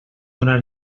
donar